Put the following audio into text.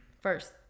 first